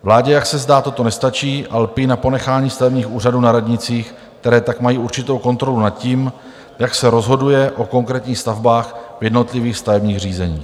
Vládě, jak se zdá, toto nestačí a lpí na ponechání stavebních úřadů na radnicích, které tak mají určitou kontrolu nad tím, jak se rozhoduje o konkrétních stavbách v jednotlivých stavebních řízeních.